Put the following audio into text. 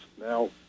now